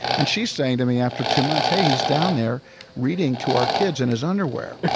and she's saying to me after two months, hey, he's down there reading to our kids in his underwear.